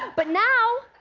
but now,